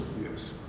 yes